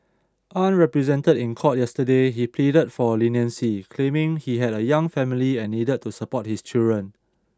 unrepresented in court yesterday he pleaded for leniency claiming he had a young family and needed to support his children